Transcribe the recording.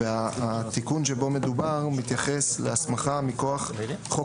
והתיקון שבו מדובר מתייחס להסמכה מכוח חוק